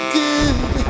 good